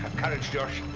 courage, josh.